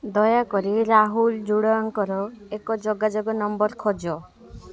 ଦୟାକରି ରାହୁଲ ଜୁଡ଼ୱାଙ୍କର ଏକ ଯୋଗାଯୋଗ ନମ୍ବର ଖୋଜ